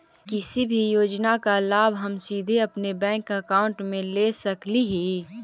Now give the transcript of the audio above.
किसी भी योजना का लाभ हम सीधे अपने बैंक अकाउंट में ले सकली ही?